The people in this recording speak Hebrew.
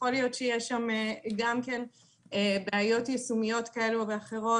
יכול להיות שגם שם יש בעיות יישומיות כאלה ואחרות,